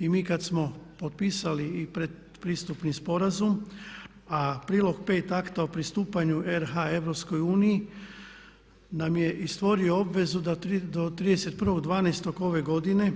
I mi kad smo potpisali i predpristupni sporazum a prilog 5.akta o pristupanju RH Europskoj uniji nam je i stvorio obvezu da do 31.12. ove godine